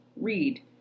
Read